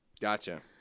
Gotcha